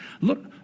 Look